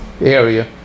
area